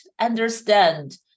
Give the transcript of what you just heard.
understand